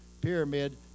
pyramid